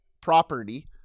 property